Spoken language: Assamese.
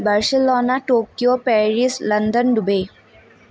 Barcelona Tokyo Paris London Dubai